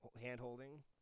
hand-holding